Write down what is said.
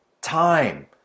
time